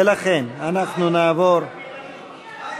ולכן אנחנו נעבור אנחנו